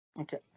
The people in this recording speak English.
Okay